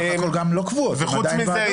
יש גם לא קבועות, והן עדיין ועדות.